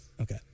Okay